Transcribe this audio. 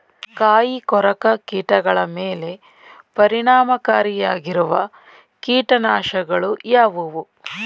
ಕಾಯಿಕೊರಕ ಕೀಟಗಳ ಮೇಲೆ ಪರಿಣಾಮಕಾರಿಯಾಗಿರುವ ಕೀಟನಾಶಗಳು ಯಾವುವು?